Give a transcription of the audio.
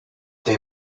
they